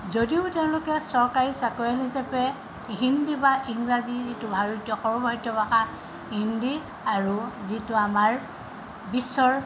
যদিও তেওঁলোকে চৰকাৰী চাকৰিয়াল হিচাপে হিন্দী বা ইংৰাজী যিটো ভাৰতীয় সৰ্বভাৰতীয় ভাষা হিন্দী আৰু যিটো আমাৰ বিশ্বৰ